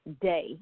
day